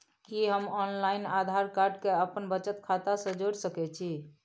कि हम online Aadhaar card के अपन बचत खाता से जोरि सकै छी?